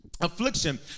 affliction